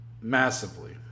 massively